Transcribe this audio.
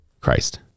Christ